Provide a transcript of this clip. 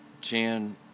Chan